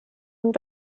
und